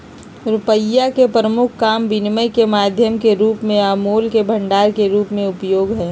रुपइया के प्रमुख काम विनिमय के माध्यम के रूप में आ मोल के भंडार के रूप में उपयोग हइ